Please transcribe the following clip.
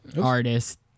artist